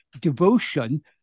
devotion